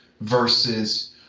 versus